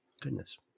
goodness